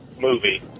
movie